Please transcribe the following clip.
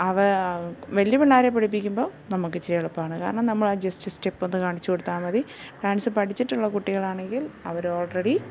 വലിയ പിള്ളേരെ പഠിപ്പിക്കുമ്പം നമുക്ക് ഇച്ചിരി എളുപ്പമാണ് കാരണം നമ്മൾ ആ ജസ്റ്റ് സ്റ്റെപ്പ് ഒന്ന് കാണിച്ച് കൊടുത്താൽ മതി ഡാൻസ് പഠിച്ചിട്ടുള്ള കുട്ടികളാണെങ്കിൽ അവർ ഓൾറെഡി